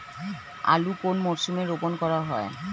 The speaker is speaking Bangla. আলু কোন মরশুমে রোপণ করা হয়?